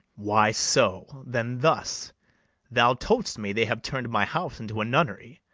why, so. then thus thou told'st me they have turn'd my house into a nunnery,